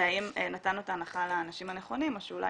להאם נתנו את ההנחה לאנשים הנכונים או שאולי